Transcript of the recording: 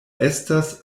estas